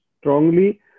strongly